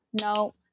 No